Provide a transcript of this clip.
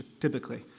typically